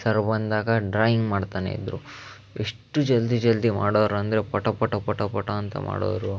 sir ಬಂದಾಗ drawing ಮಾಡ್ತನೇ ಇದ್ದರು ಎಷ್ಟು ಜಲ್ದಿ ಜಲ್ದಿ ಮಾಡೋರು ಅಂದರೆ ಪಟ ಪಟ ಪಟ ಪಟ ಅಂತ ಮಾಡೋವ್ರು